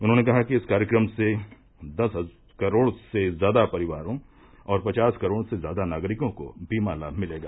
उन्होंने कहा कि इस कार्यक्रम से दस करोड़ से ज्यादा परिवारों और पचास करोड़ से ज्यादा नागरिकों को बीमा लाभ मिलेगा